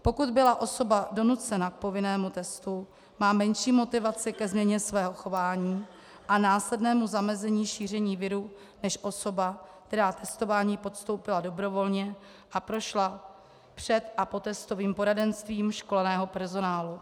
Pokud byla osoba donucena k povinnému testu, má menší motivaci ke změně svého chování a následnému zamezení šíření viru než osoba, která testování podstoupila dobrovolně a prošla před a potestovým poradenstvím školeného personálu.